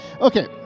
Okay